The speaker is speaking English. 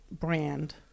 brand